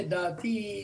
לדעתי,